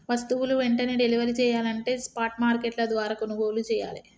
వస్తువులు వెంటనే డెలివరీ చెయ్యాలంటే స్పాట్ మార్కెట్ల ద్వారా కొనుగోలు చెయ్యాలే